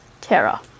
Tara